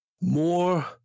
More